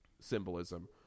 symbolism